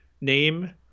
name